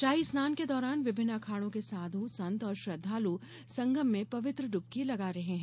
शाही स्नान के दौरान विभिन्न अखाड़ों के साधु संत और श्रद्वालु संगम में पवित्र ड्बकी लगा रहे हैं